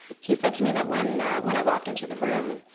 he said to me that when when i walked into the room,